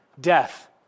Death